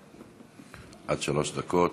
עד שלוש דקות.